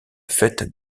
fête